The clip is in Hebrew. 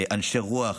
אנשי רוח,